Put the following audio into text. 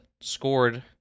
scored